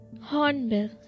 Hornbill